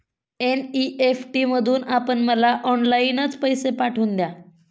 NEFT मधून आपण मला ऑनलाईनच पैसे पाठवून द्या